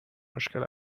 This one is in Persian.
مشکل